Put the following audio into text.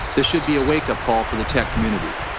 this should be a wakeup call for the tech community.